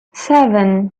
seven